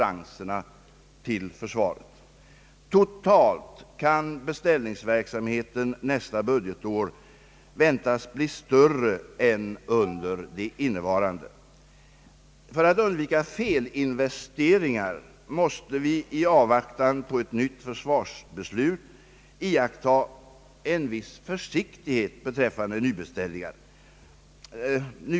Jag har därför föreslagit att riksdagen till ledning för planeringen skall godkänna ramar för både anslag och medelsförbrukning under de tre stora materielanslagen för budgetåren från 1967 74.